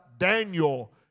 Daniel